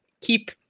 keep